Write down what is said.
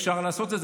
אפשר לעשות את זה.